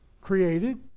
created